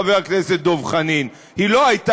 חברים בצד השמאלי של המליאה, אני מבקשת שקט.